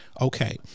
okay